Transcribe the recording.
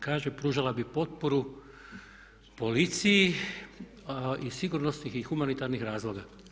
Kaže pružala bi potporu policiji iz sigurnosnih i humanitarnih razloga.